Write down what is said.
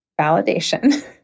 validation